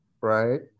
right